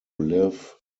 live